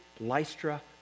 Lystra